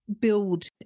build